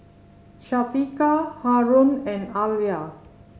Syafiqah Haron and Alya